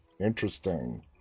Interesting